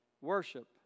worship